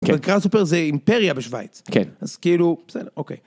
זה אימפריה בשוויץ, אז כאילו, בסדר, אוקיי.